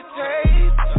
taste